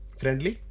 friendly